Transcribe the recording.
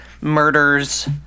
murders